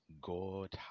God